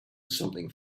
something